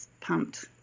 pumped